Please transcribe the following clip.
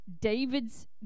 David's